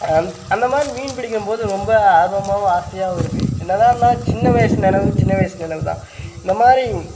அந் அந்த மாதிரி மீன் பிடிக்கும் போது ரொம்ப ஆர்வமாகவும் ஆசையாகவும் இருக்கும் என்ன தான் இருந்தாலும் சின்ன வயது நினைவு சின்ன வயது நினைவு தான் இந்தமாதிரி